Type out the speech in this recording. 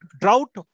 drought